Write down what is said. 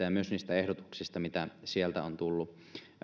ja myös niistä ehdotuksista mitä sieltä on tullut